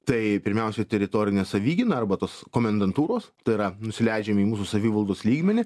tai pirmiausia teritorinė savigyna arba tos komendantūros tai yra nusileidžiam į mūsų savivaldos lygmenį